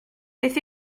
beth